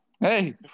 Hey